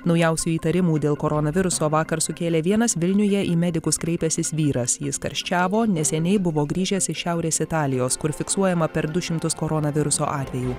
naujausių įtarimų dėl koronaviruso vakar sukėlė vienas vilniuje į medikus kreipęsis vyras jis karščiavo neseniai buvo grįžęs iš šiaurės italijos kur fiksuojama per du šimtus koronaviruso atvejų